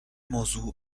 موضوع